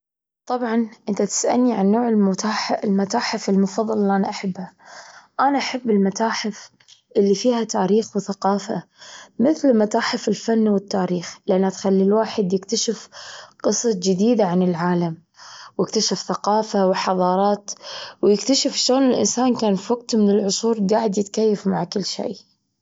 طبعًا أنت تسألني عن نوع المتاح- المتاحف المفظلة اللي أنا أحبها، أنا أحب المتاحف اللي فيها تاريخ وثقافة مثل متاحف الفن والتاريخ لأنها تخلي الواحد يكتشف قصص جديدة عن العالم ويكتشف ثقافة وحظارات ويكتشف إش لون الإنسان كان في وقت من العصور جاعد يتكيف مع كل شي.